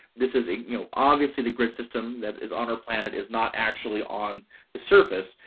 this is a, you know, obviously the grid system that is on our planet is not actually on the surface,